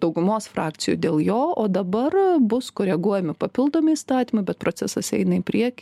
daugumos frakcijų dėl jo o dabar bus koreguojami papildomi įstatymai bet procesas eina į priekį